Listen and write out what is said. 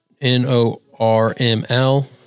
N-O-R-M-L